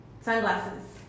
sunglasses